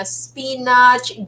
spinach